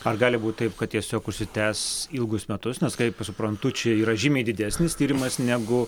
ar gali būt taip kad tiesiog užsitęs ilgus metus nes kaip suprantu čia yra žymiai didesnis tyrimas negu